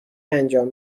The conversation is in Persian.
انجام